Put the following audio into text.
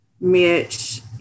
Mitch